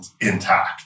intact